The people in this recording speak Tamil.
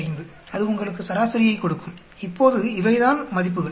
5 அது உங்களுக்கு சராசரியைக் கொடுக்கும் இப்போது இவைதான் மதிப்புகள்